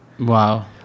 Wow